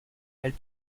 elle